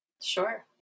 Sure